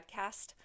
podcast